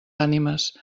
ànimes